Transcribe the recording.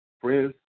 Friends